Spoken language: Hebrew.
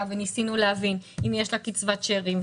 וניסינו להבין אם יש לה קצבת שאירים,